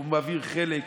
והוא מעביר חלק.